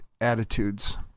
Attitudes